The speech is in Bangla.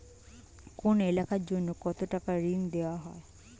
কোন এলাকার জন্য কত টাকা ঋণ দেয়া হয়?